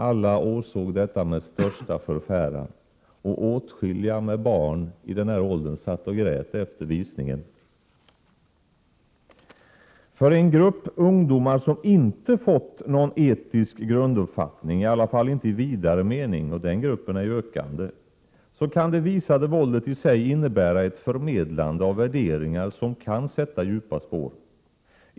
Alla åsåg detta med största förfäran, och åtskilliga av dem som har barn i denna ålder satt och grät efter visningen. För en grupp ungdomar som inte fått någon etisk grunduppfattning — i alla fall inte i vidare mening, och den gruppen växer — kan det visade våldet i sig innebära ett förmedlande av värderingar som kan sätta djupa spår.